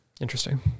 Interesting